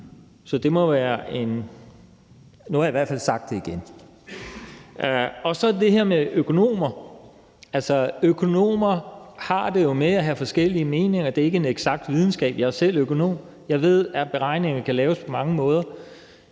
mål. Det her er 8.500. Nu har jeg i hvert fald sagt det igen. I forhold til det her med økonomer vil jeg sige, at økonomer jo har det med at have forskellige meninger, det er ikke en eksakt videnskab. Jeg er selv økonom. Jeg ved, at beregninger kan laves på mange måder.